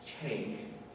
Take